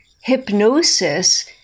hypnosis